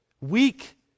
weak